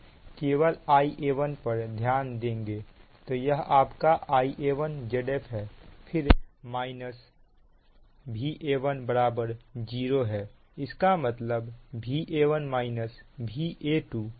तो यह आपका Ia1 Zf है और फिर Va1 0 है इसका मतलब Va1 Va2 Zf Ia1है